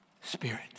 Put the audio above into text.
spirit